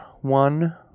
One